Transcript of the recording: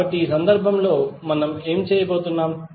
కాబట్టి ఈ సందర్భంలో మనము ఏమి చేయబోతున్నాం